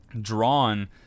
drawn